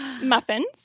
muffins